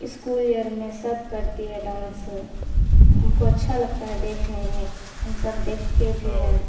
school year میں سب کرتی ہے ڈانس ہم کو اچھا لگتا ہے دیکھنے میں ہم سب دیکھتے بھی ہیں